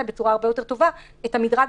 הראוי בצורה הרבה יותר טובה הוא בתקנות,